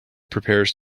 prepares